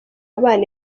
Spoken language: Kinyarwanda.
abana